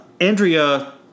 Andrea